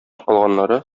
калганнары